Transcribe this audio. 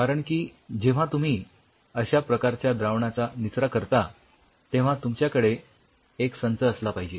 कारण की जेव्हा तुम्ही अश्या प्रकारच्या द्रावणाचा निचरा करता तेव्हा तुमच्याकडे एक संच असला पाहिजे